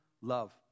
love